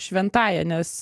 šventąja nes